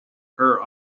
her